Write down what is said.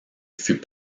fut